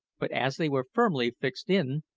but as they were firmly fixed in,